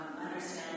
Understand